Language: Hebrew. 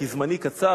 כי זמני קצר,